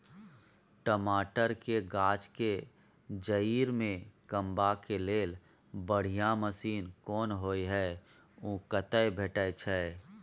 टमाटर के गाछ के जईर में कमबा के लेल बढ़िया मसीन कोन होय है उ कतय भेटय छै?